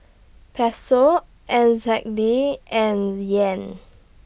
Peso N Z D and Yen